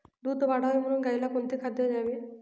दूध वाढावे म्हणून गाईला कोणते खाद्य द्यावे?